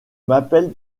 m’appelle